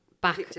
back